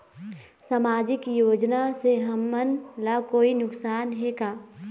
सामाजिक योजना से हमन ला कोई नुकसान हे का?